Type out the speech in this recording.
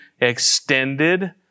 extended